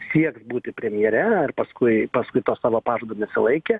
sieks būti premjere ir paskui paskui to savo pažado nesilaikė